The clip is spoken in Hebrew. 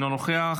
אינו נוכח,